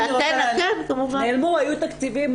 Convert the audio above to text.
נעלמו, היו תקציבים.